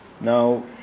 now